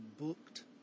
booked